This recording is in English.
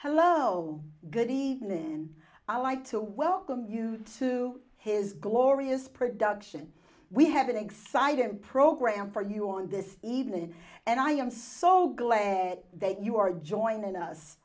hello good evening i like to welcome you to his glorious production we have an exciting program for you on this evening and i am so glad that you are joining